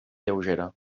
lleugera